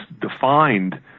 defined